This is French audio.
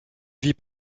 vit